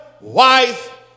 wife